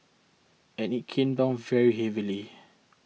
and it came down very heavily